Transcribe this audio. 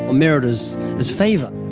ah merit his his favor,